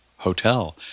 Hotel